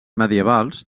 medievals